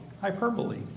hyperbole